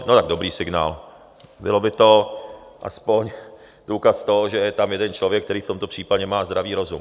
No, dobrý signál, byl by to aspoň důkaz toho, že je tam jeden člověk, který v tomto případě má zdravý rozum.